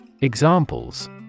Examples